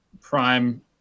prime